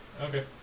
Okay